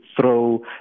throw